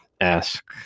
ask